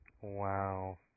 wow